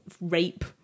rape